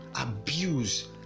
abuse